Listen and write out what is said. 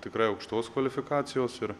tikrai aukštos kvalifikacijos ir